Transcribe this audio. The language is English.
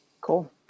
Cool